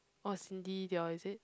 oh Cindy they all is it